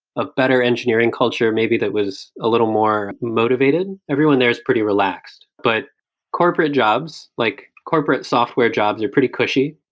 a better engineering culture maybe that was a little more motivated. everyone there is pretty relaxed but corporate jobs, like corporate software jobs are pretty cushy.